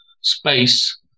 space